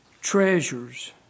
treasures